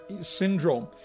syndrome